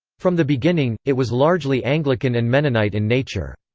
from the beginning, it was largely anglican and mennonite in nature.